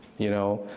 you know?